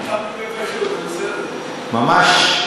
כל כך תמים, ממש.